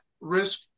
risk